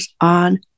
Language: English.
on